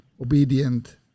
obedient